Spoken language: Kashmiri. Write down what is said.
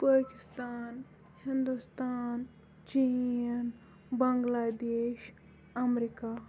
پٲکِستان ہِندُستان چیٖن بنگلہ دیش اَمریٖکا